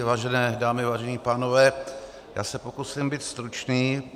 Vážené dámy, vážení pánové, já se pokusím být stručný.